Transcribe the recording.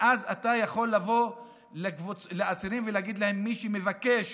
ואז אתה יכול לבוא לאסירים ולהגיד להם: מי שמבקש